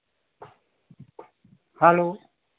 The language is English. hello